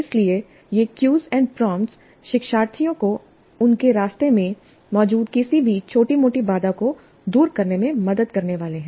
इसलिए ये cues and prompt शिक्षार्थियों को उनके रास्ते में मौजूद किसी भी छोटी मोटी बाधा को दूर करने में मदद करने वाले हैं